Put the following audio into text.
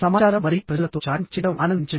సమాచారం మరియు ప్రజలతో చాటింగ్ చేయడం ఆనందించండి